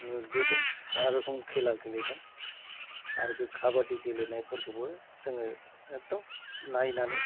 नुबोदों मा रखम खेला गेलेदों आरो बे खाबादि गेलेनायफोरखौबो जोङो एखदम नायनानै